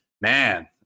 man